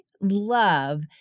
love